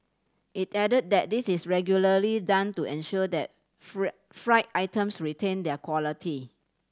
it added that this is regularly done to ensure that fried items retain their quality